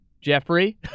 Jeffrey